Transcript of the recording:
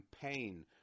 campaign